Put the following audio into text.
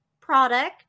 product